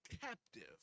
captive